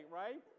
right